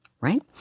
right